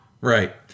Right